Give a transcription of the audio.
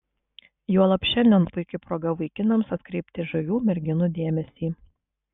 juolab šiandien puiki proga vaikinams atkreipti žavių merginų dėmesį